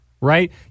right